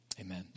Amen